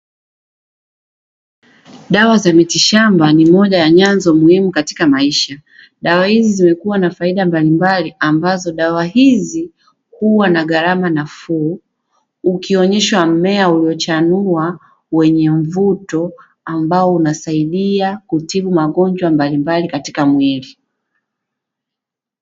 Dawa za mitishamba ni moja ya nyanzo muhimu katika maisha. Dawa hizi zimekuwa na faida mbalimbali, ambazo dawa hizi huwa na gharama nafuu. Ukioneshwa mmea uliochanua wenye mvuto ambao unasaidia kutibu magonjwa mbalimbali katika mwili.